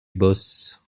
bosse